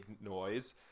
noise